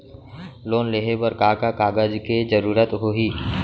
Loan लेहे बर का का कागज के जरूरत होही?